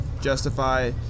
justify